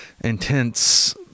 intense